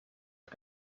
for